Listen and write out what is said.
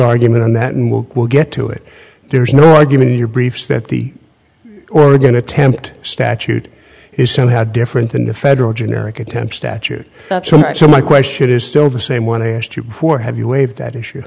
argument on that and we'll get to it there's no argument in your briefs that the oregon attempt statute is somehow different than the federal generic attempts statute so my question is still the same want to ask you before have you waived that issue